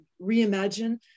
Reimagine